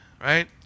Right